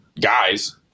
guys